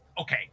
Okay